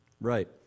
Right